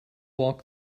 walk